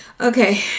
Okay